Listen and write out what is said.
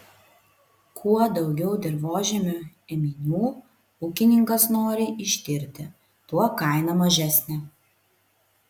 kuo daugiau dirvožemio ėminių ūkininkas nori ištirti tuo kaina mažesnė